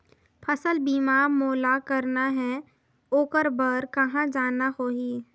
फसल बीमा मोला करना हे ओकर बार कहा जाना होही?